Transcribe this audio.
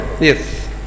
Yes